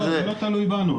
זה לא תלוי בנו.